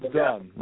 done